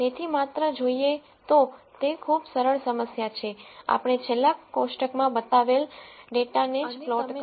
તેથી માત્ર જોઈએ તો તે ખૂબ જ સરળ સમસ્યા છે આપણે છેલ્લા કોષ્ટકમાં બતાવેલ ડેટાને જ પ્લોટ કર્યું છે